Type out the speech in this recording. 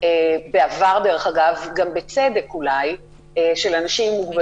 לו רק היו מוצאים